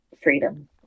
freedom